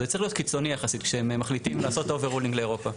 זה צריך להיות קיצוני יחסית כשהם מחליטים לעשות "אובר רולינג" לאירופה.